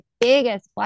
biggest